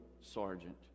sergeant